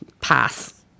pass